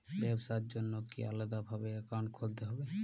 ব্যাবসার জন্য কি আলাদা ভাবে অ্যাকাউন্ট খুলতে হবে?